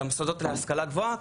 על המוסדות להשכלה גבוהה,